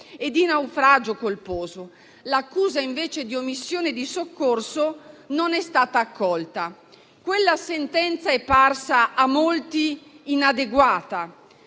e di naufragio colposo. L'accusa, invece, di omissione di soccorso non è stata accolta. Quella sentenza è parsa a molti inadeguata: